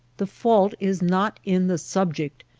the fault is not in the subject.